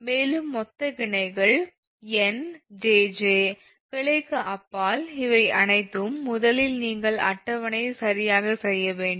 மேலும் மொத்த முனைகள் 𝑁 𝑗𝑗 கிளைக்கு அப்பால் இவை அனைத்தும் முதலில் நீங்கள் அட்டவணையை சரியாக செய்ய வேண்டும்